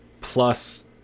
plus